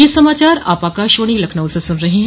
ब्रे क यह समाचार आप आकाशवाणी लखनऊ से सुन रहे हैं